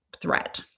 threat